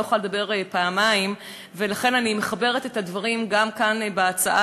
אני לא יכולה לדבר פעמיים ולכן אני מחברת את הדברים כאן: גם על ההצעה